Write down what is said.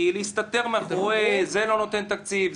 כי להסתתר מאחורי זה לא נותן תקציב,